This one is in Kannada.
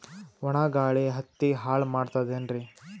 ಒಣಾ ಗಾಳಿ ಹತ್ತಿ ಹಾಳ ಮಾಡತದೇನ್ರಿ?